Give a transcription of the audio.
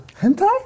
Hentai